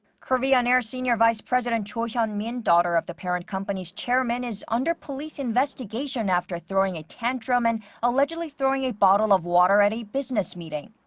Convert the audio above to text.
korean air senior vice president cho hyun-min, daughter of the parent company's chairman, is under police investigation after throwing a tantrum and allegedly throwing a bottle of water at a business meeting.